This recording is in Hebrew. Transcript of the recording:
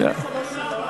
למה לא את 44?